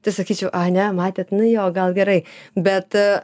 tai sakyčiau ane matėt nu jo gal gerai bet